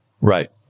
Right